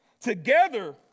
Together